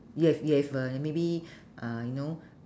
you have you have uh y~ maybe uh you know